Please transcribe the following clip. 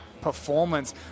performance